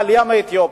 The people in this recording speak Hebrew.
העלייה מאתיופיה,